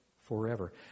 forever